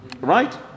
right